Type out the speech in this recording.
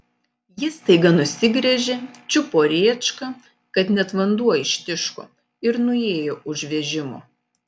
ji staiga nusigręžė čiupo rėčką kad net vanduo ištiško ir nuėjo už vežimo